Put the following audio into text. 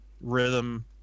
rhythm